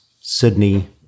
Sydney